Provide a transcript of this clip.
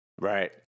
Right